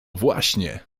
właśnie